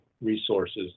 resources